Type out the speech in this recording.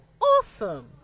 awesome